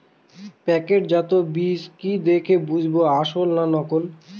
প্যাকেটজাত বীজ কি দেখে বুঝব আসল না নকল?